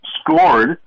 scored